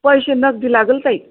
पैसे नगदी लागंल ताई